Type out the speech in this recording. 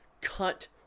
cut